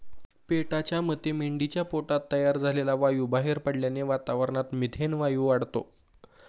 पेटाच्या मते मेंढीच्या पोटात तयार झालेला वायू बाहेर पडल्याने वातावरणात मिथेन वायू वाढतो